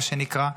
מה שנקרא,